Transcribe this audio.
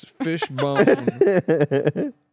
fishbone